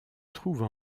trouve